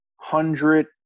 hundred